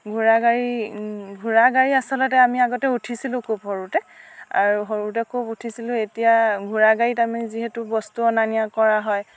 ঘোঁৰা গাড়ী ঘোঁৰা গাড়ী আচলতে আমি আগতে উঠিছিলোঁ খুব সৰুতে আৰু সৰুতে খুব উঠিছিলোঁ এতিয়া ঘোঁৰা গাড়ীত আমি যিহেতু বস্তু অনা নিয়া কৰা হয়